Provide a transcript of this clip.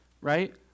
Right